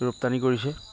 ৰপ্তানি কৰিছে